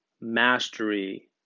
Mastery